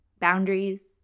boundaries